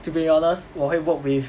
to be honest 我会 work with